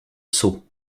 seau